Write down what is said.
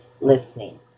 listening